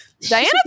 Diana